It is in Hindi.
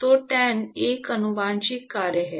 तो टैन एक अनुवांशिक कार्य है